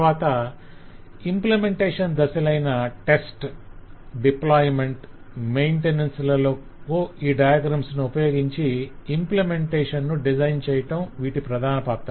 తరవాత ఇంప్లిమెంటేషన్ దశలైన test deployment maintenance లలో ఈ డయాగ్రమ్స్ ను ఉపయోగించి ఇంప్లిమెంటేషన్ ను డిజైన్ చేయటం వీటి ప్రధాన పాత్ర